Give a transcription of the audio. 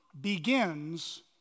begins